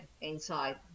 inside